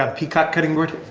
ah peacock cutting board?